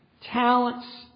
talents